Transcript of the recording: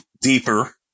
deeper